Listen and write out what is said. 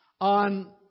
on